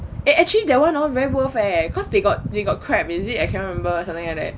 eh actually that one orh very worth eh cause they got they got crab is it I can't remember or something like that